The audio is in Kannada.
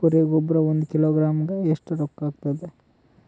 ಕುರಿ ಗೊಬ್ಬರ ಒಂದು ಕಿಲೋಗ್ರಾಂ ಗ ಎಷ್ಟ ರೂಕ್ಕಾಗ್ತದ?